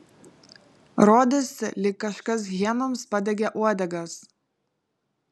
rodėsi lyg kažkas hienoms padegė uodegas